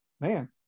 man